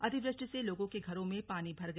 अतिवृष्टि से लोगों के घरों में पानी भर गया